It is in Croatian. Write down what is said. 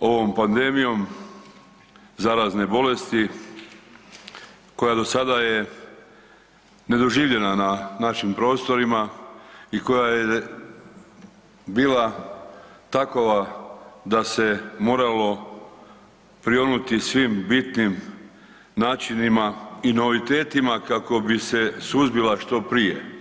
ovom pandemijom zarazne bolesti koja je do sada nedoživljena na našim prostorima i koja je bila takova da se moralo prionuti svim bitnim načinima i novitetima kako bi se suzbila što prije.